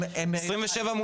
ממש לא.